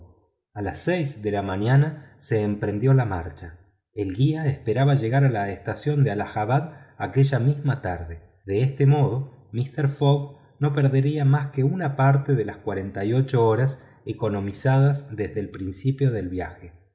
a las seis de la mañana se emprendió la marcha el guía esperaba llegar a la estación de hallahabad aquella misma tarde de este modo mister fogg no perdería mas que una parte de las cuarenta y ocho horas economizadas desde el principio del viaje